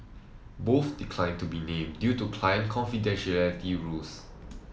both declined to be named due to client confidentiality rules